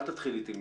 אל תתחיל איתי משם.